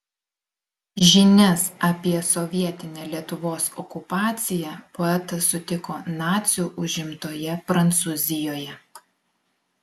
žinias apie sovietinę lietuvos okupaciją poetas sutiko nacių užimtoje prancūzijoje